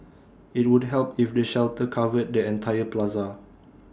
IT would help if the shelter covered the entire plaza